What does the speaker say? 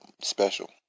special